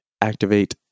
activate